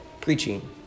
preaching